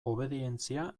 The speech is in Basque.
obedientzia